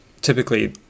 typically